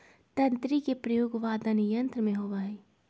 तंत्री के प्रयोग वादन यंत्र में होबा हई